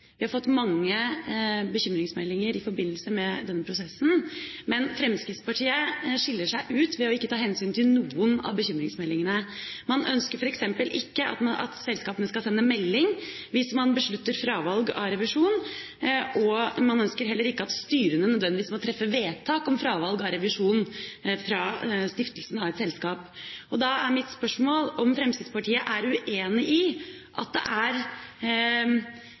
Vi har fått mange bekymringsmeldinger i forbindelse med denne prosessen. Men Fremskrittspartiet skiller seg ut ved at de ikke tar hensyn til noen av bekymringsmeldingene. Man ønsker f.eks. ikke at selskapene skal sende melding hvis de beslutter fravalg av revisjon. Man ønsker heller ikke at styrene nødvendigvis må treffe vedtak om fravalg av revisjon fra stiftelsen av et selskap. Da er mitt spørsmål om Fremskrittspartiet er uenig i at det er